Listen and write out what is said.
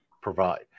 provide